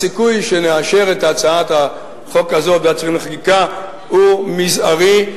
הסיכוי שנאשר את הצעת החוק הזו בוועדת השרים לחקיקה הוא מזערי.